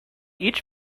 each